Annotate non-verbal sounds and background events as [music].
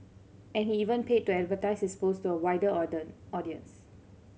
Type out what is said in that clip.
and he even paid to advertise his post to a wider [unintelligible] audience